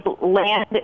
land